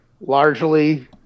largely